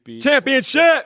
Championship